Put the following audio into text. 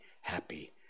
happy